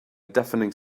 deafening